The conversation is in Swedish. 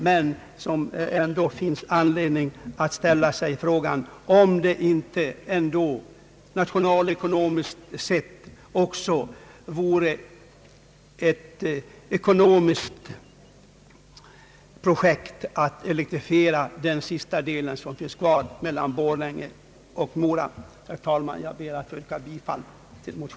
Det finns emellertid anledning att ställa frågan om det inte, nationalekonomiskt sett, vore ändamålsenligt att elektrifiera även sträckan Borlänge—Mora. Herr talman! Jag ber att få yrka bi